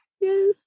Yes